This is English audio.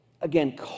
again